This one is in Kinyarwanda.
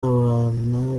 abana